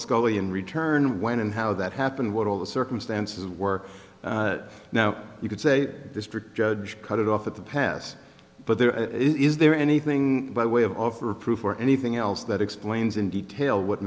scully in return when and how that happened what all the circumstances were now you could say this for judge cut it off at the pass but there is there anything by way of overproof or anything else that explains in detail what